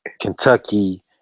Kentucky